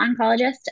oncologist